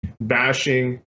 bashing